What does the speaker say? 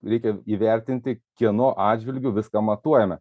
reikia įvertinti kieno atžvilgiu viską matuojame